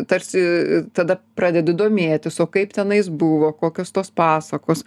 tarsi tada pradedi domėtis o kaip tenais buvo kokios tos pasakos